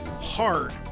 hard